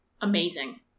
amazing